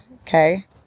Okay